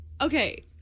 Okay